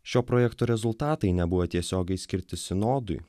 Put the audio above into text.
šio projekto rezultatai nebuvo tiesiogiai skirti sinodui